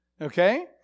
okay